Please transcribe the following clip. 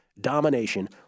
domination